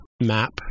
map